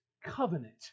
covenant